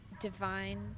divine